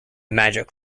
magic